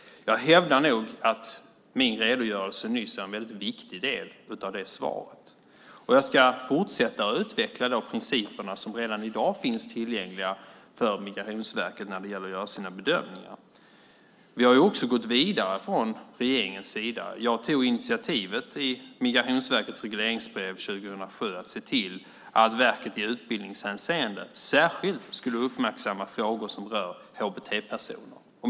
Jag hävdar nog att min redogörelse nyss är en viktig del av det svaret. Jag ska fortsätta att utveckla principerna som redan i dag finns tillgängliga för Migrationsverkets bedömningar. Vi har från regeringens sida gått vidare. Jag tog initiativet i Migrationsverkets regleringsbrev 2007 att se till att verket i utbildningshänseende särskilt skulle uppmärksamma frågor som rör HBT-personer.